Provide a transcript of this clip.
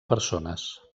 persones